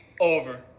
over